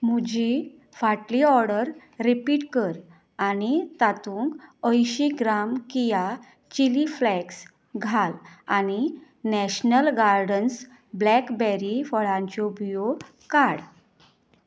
म्हुजी फाटली order repeat कर आनी तातूंक अयशीं ग्राम किया चिली फ्लेक्स घाल आनी नॅशनल गार्डन्स ब्लॅकबेरी फळांच्यो बियो काड